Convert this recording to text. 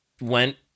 went